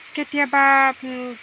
কেতিয়াবা